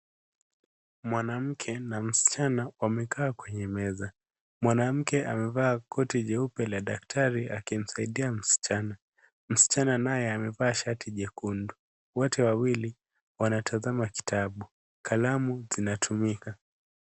Mwanamke na msichana wamekaa kwenye meza. Mwanamke amevaa koti jeupe la daktari akimsaidia msichana. Msichana naye amevaa shati jekundu, wote wawili wanatazama kitabu, kalamu zinatumika.